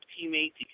teammates